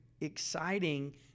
exciting